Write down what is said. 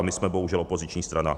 My jsme bohužel opoziční strana.